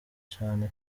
cane